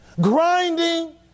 grinding